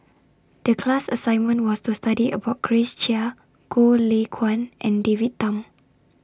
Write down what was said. The class assignment was to study about Grace Chia Goh Lay Kuan and David Tham